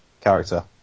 character